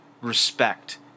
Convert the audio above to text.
respect